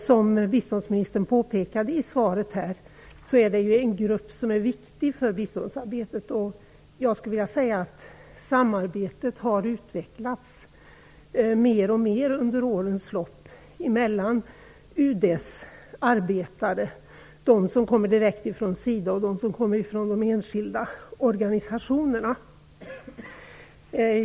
Som biståndsministern påpekade i svaret är det en grupp som är viktig för biståndsarbetet. Jag skulle vilja säga att samarbetet har utvecklats mer och mer under årens lopp mellan UD:s arbetare, de som kommer direkt från SIDA, och de som kommer från de enskilda organisationerna.